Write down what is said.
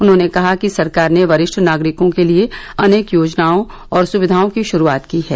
उन्होंने कहा कि सरकार ने वरिष्ठ नागरिकों के लिए अनेक योजनाओं और सुविधाओं की शुरुआत की है